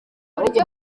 uburyo